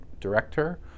director